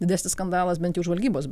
didesnis skandalas bent jau žvalgybos